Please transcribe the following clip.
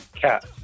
Cat